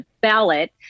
ballot